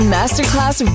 Masterclass